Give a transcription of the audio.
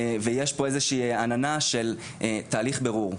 ויש פה איזו שהיא עננה של תהליך בירור.